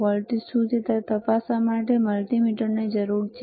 voltage શું છે તે તપાસવા માટે તમારે મલ્ટિમીટરની જરૂર છે